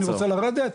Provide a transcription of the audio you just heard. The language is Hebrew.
אני רוצה לרדת',